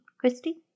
Christy